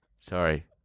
Sorry